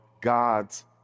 God's